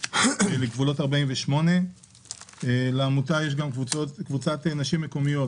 לגבולות 1948. לעמותה יש קבוצת נשים מקומיות